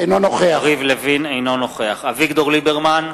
אינו נוכח אביגדור ליברמן,